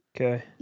Okay